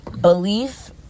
belief